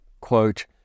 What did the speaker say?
quote